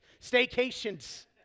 Staycations